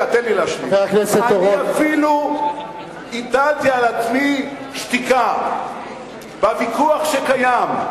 אני אפילו הטלתי על עצמי שתיקה בוויכוח שקיים,